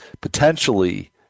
potentially